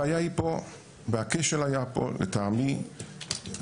הכשל פה היה לדעתי,